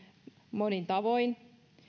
monin tavoin